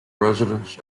residents